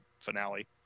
finale